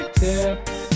tips